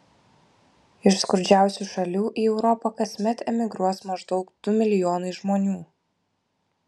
iš skurdžiausių šalių į europą kasmet emigruos maždaug du milijonai žmonių